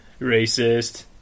Racist